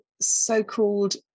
so-called